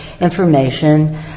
information